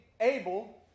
able